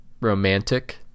romantic